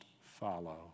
follow